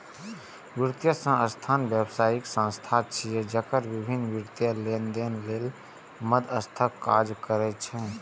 वित्तीय संस्थान व्यावसायिक संस्था छिय, जे विभिन्न वित्तीय लेनदेन लेल मध्यस्थक काज करै छै